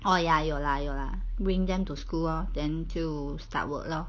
哦呀有啦有啦 bring them to school lor then 就 start work lor